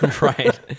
Right